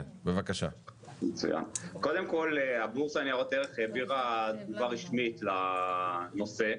קודם כל הבורסה לניירות ערך העבירה תגובה רשמית לנושא.